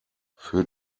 für